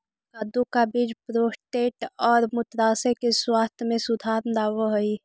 कद्दू का बीज प्रोस्टेट और मूत्राशय के स्वास्थ्य में सुधार लाव हई